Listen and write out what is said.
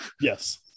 Yes